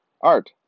Art